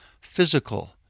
physical